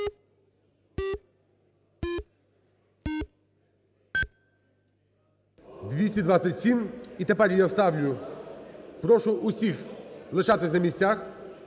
За-227 І тепер я ставлю… Прошу усіх лишатися на місцях,